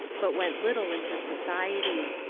but went little into society.